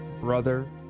brother